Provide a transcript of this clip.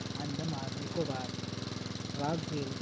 Andaman Nicobar Brazil